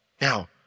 Now